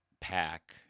pack